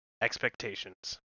expectations